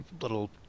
little